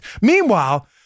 Meanwhile